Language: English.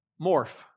morph